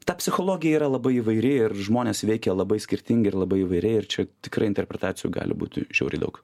ta psichologija yra labai įvairi ir žmones veikia labai skirtingai ir labai įvairiai ir čia tikrai interpretacijų gali būti žiauriai daug